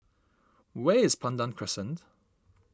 where is Pandan Crescent